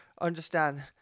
understand